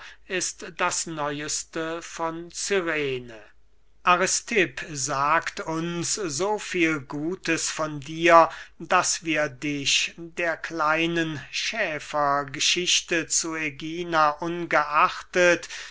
ist das neueste von cyrene aristipp sagt uns so viel gutes von dir daß wir dich der kleinen schäfergeschichte zu ägina ungeachtet